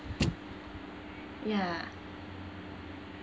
ya